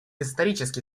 исторически